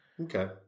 Okay